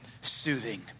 soothing